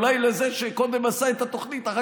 אולי לזה שקודם עשה את התוכנית ואחר